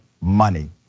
money